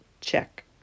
check